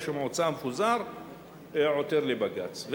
עותר לבג"ץ,